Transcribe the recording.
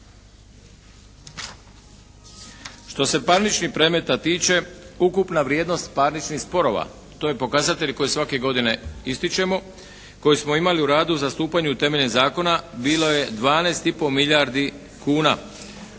Što se parničnih predmeta tiče ukupna vrijednost parničnih sporova, to je pokazatelj koji svake godine ističemo, koji smo imali u radu zastupanje temeljem zakona bilo je 12,5 milijardi kuna.